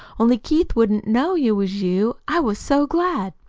only keith wouldn't know you was you, i was so glad.